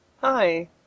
Hi